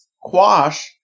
quash